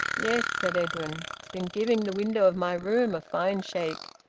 yes, said edwin. it's been giving the window of my room a fine shake.